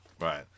right